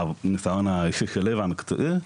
מהניסיון האישי שלי והמקצועי,